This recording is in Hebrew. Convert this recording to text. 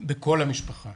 בכל המשפחה.